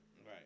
right